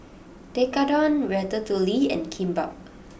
Tekkadon Ratatouille and Kimbap